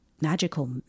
magical